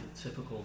typical